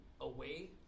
away